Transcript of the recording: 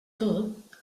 tot